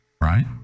Right